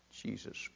Jesus